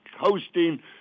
hosting